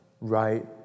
right